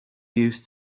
used